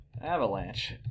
Avalanche